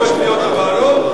לא אפשר יהיה,